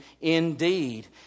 indeed